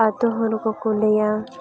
ᱟᱹᱛᱩ ᱦᱚᱲ ᱠᱚᱠᱚ ᱞᱟᱹᱭᱟ